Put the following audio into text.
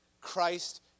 Christ